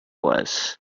was